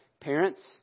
parents